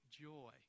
joy